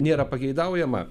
nėra pageidaujama